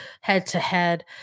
head-to-head